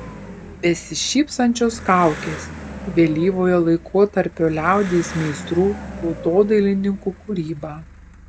besišypsančios kaukės vėlyvojo laikotarpio liaudies meistrų tautodailininkų kūryba